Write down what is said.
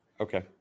Okay